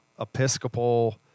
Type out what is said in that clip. Episcopal